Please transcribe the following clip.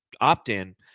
opt-in